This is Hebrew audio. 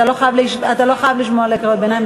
אתה לא חייב לשמוע לקריאות ביניים,